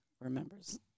remembers